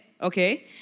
Okay